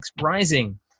Rising